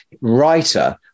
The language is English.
writer